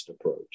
approach